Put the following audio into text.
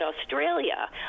Australia